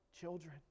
children